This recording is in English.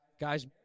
Guys